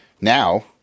now